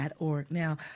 Now